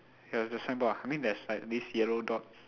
there was the signboard ah I mean there's like these yellow dots